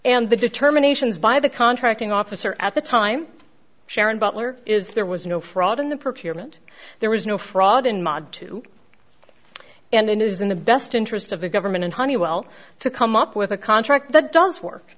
and the determinations by the contracting officer at the time sharon butler is there was no fraud in the procurement there was no fraud in mud to and the news in the best interest of the government in honeywell to come up with a contract that does work